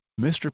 Mr